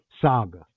Saga